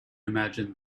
imagine